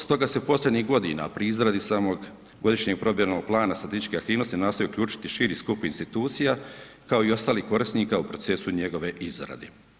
Stoga se posljednjih godina pri izradi samog Godišnjeg provedbenog plana statističkih aktivnosti nastoji uključiti širi skup institucija kao i ostalih korisnika u procesu njegove izrade.